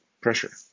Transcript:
pressure